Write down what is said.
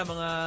Mga